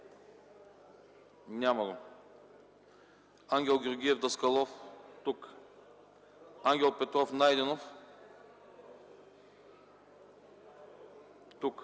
- тук Ангел Георгиев Даскалов - тук Ангел Петров Найденов - тук